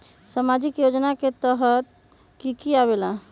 समाजिक योजना के तहद कि की आवे ला?